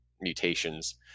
mutations